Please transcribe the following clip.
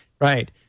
Right